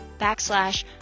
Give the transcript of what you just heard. backslash